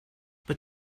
but